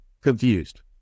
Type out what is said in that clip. confused